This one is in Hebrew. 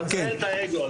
ננטרל את האגו.